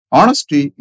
Honesty